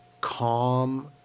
calm